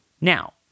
Now